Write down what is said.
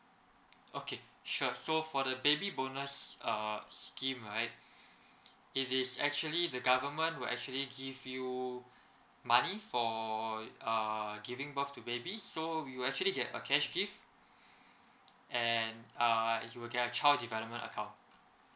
okay sure so for the baby bonus uh scheme right it is actually the government will actually give you money for err giving birth to baby so you'll actually get a cash gift and uh if you'll get child development account